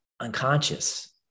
unconscious